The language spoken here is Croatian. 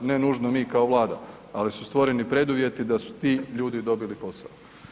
Ne nužno mi kao Vlada, ali su stvoreni preduvjeti da su ti ljudi dobili posao.